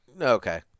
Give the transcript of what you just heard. Okay